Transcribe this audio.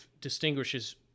distinguishes